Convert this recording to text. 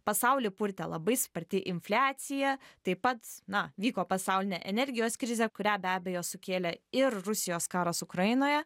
pasaulį purtė labai sparti infliacija taip pat na vyko pasaulinė energijos krizė kurią be abejo sukėlė ir rusijos karas ukrainoje